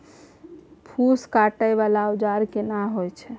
फूस काटय वाला औजार केना होय छै?